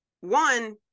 One